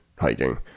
hiking